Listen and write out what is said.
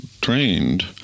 trained